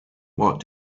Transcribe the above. what